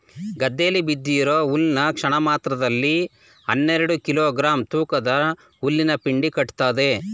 ಗದ್ದೆಯಲ್ಲಿ ಬಿದ್ದಿರೋ ಹುಲ್ನ ಕ್ಷಣಮಾತ್ರದಲ್ಲಿ ಹನ್ನೆರೆಡು ಕಿಲೋ ಗ್ರಾಂ ತೂಕದ ಹುಲ್ಲಿನಪೆಂಡಿ ಕಟ್ತದೆ